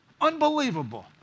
Unbelievable